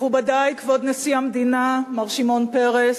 מכובדַי, כבוד נשיא המדינה מר שמעון פרס,